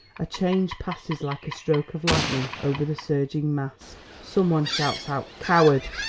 a change passes like a stroke of lightning over the surging mass. some one shouts out coward!